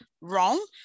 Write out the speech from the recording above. wrong